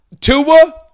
Tua